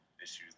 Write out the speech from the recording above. issues